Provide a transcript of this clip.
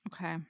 Okay